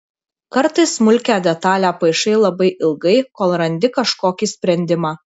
kartais smulkią detalią paišai labai ilgai kol randi kažkokį sprendimą